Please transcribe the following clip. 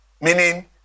Meaning